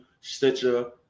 Stitcher